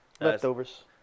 Leftovers